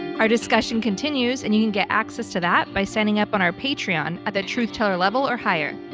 our discussion continues and you can get access to that by signing up on our patreon at the truth teller level or higher.